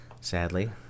sadly